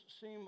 seem